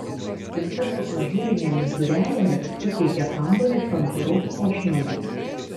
spinta su ažūrinėmis durelėmis suteikia kambariui santūraus puošnumo